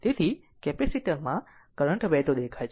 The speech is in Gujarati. તેથી કેપેસિટર માં કરંટ વહેતો દેખાય છે